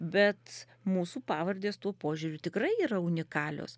bet mūsų pavardės tuo požiūriu tikrai yra unikalios